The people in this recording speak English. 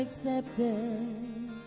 Accepted